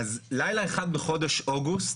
לילה אחד בחודש אוגוסט,